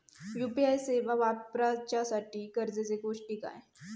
UPI सेवा वापराच्यासाठी गरजेचे गोष्टी काय?